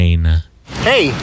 Hey